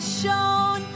shown